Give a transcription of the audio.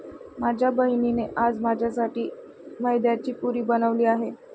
माझ्या बहिणीने आज माझ्यासाठी मैद्याची पुरी बनवली आहे